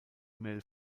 mail